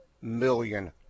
million